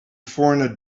foreigner